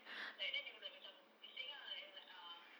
ya then they were like macam bising ah like uh